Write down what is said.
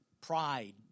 pride